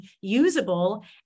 usable